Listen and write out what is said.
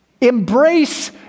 Embrace